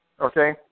Okay